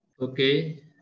Okay